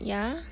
ya